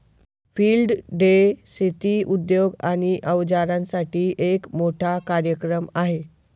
field day शेती उद्योग आणि अवजारांसाठी एक मोठा कार्यक्रम आहे